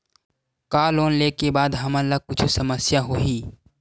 का लोन ले के बाद हमन ला कुछु समस्या होही?